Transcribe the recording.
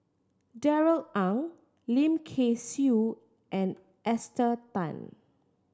Darrell Ang Lim Kay Siu and Esther Tan